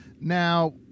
Now